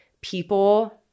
People